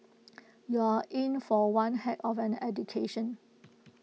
you're in for one heck of an education